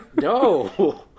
No